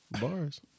bars